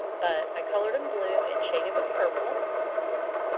but i colored them blue and shaded with purple.